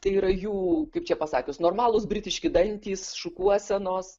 tai yra jų kaip čia pasakius normalūs britiški dantys šukuosenos